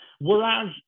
Whereas